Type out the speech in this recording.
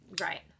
Right